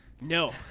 No